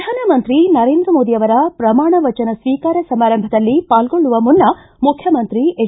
ಪ್ರಧಾನಮಂತ್ರಿ ನರೇಂದ್ರ ಮೋದಿಯವರ ಪ್ರಮಾಣವಚನ ಶ್ವೀಕಾರ ಸಮಾರಂಭದಲ್ಲಿ ಪಾಲ್ಗೊಳ್ಳುವ ಮುನ್ನ ಮುಖ್ಯಮಂತ್ರಿ ಎಚ್